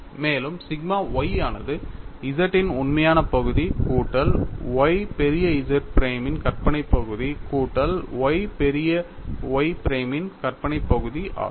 மேலும் sigma y ஆனது Z இன் உண்மையான பகுதி கூட்டல் y பெரிய Z பிரைமின் கற்பனை பகுதி கூட்டல் y பெரிய Y பிரைமின் கற்பனை பகுதி ஆகும்